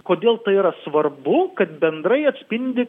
kodėl tai yra svarbu kad bendrai atspindi